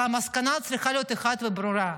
והמסקנה צריכה להיות אחת וברורה: